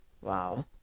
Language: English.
wow